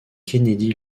kennedy